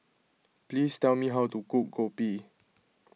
please tell me how to cook Kopi